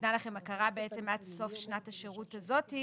שנתנה לכם הכרה עד סוף שנת השירות הזאת,